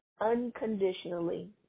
Unconditionally